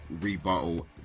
rebuttal